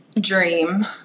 dream